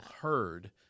heard